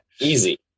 Easy